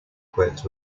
equipped